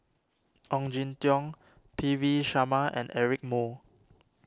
Ong Jin Teong P V Sharma and Eric Moo